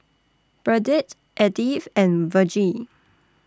Burdette Edith and Vergie